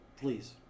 please